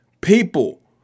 people